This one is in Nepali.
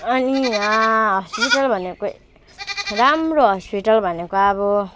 अनि यहाँ हस्पिटल भनेको राम्रो हस्पिटल भनेको अब